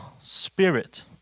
spirit